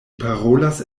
parolas